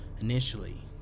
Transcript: Initially